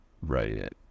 Right